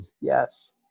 yes